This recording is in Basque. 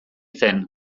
zen